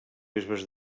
bisbes